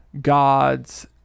God's